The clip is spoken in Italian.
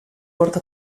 porta